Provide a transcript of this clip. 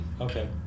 Okay